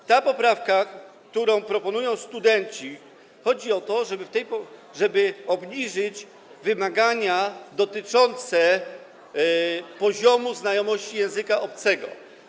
W tej poprawce, którą proponują studenci, chodzi o to, żeby obniżyć wymagania dotyczące poziomu znajomości języka obcego.